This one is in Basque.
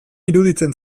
iruditzen